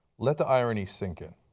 let the irony sink in.